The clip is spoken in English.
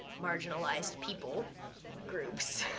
marginalized people groups,